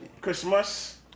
Christmas